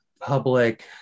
public